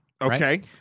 Okay